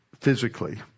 physically